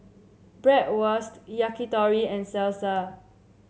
Bratwurst Yakitori and Salsa